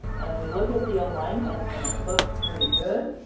and we look at the alignment and it looks pretty good